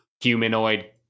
humanoid